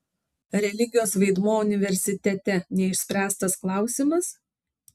religijos vaidmuo universitete neišspręstas klausimas